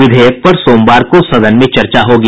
विधेयक पर सोमवार को सदन में चर्चा होगी